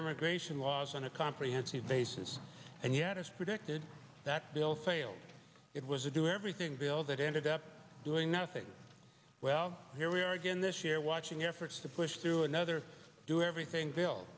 immigration laws on a comprehensive basis and yet as predicted that bill sailed it was a do everything bill that ended up doing nothing well here we are again this year watching efforts to push through another do everything bill